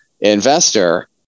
investor